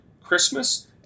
Christmas